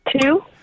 Two